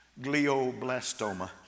glioblastoma